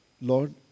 Lord